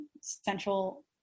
central